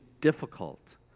difficult